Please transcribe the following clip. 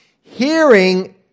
Hearing